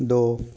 ਦੋ